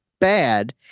bad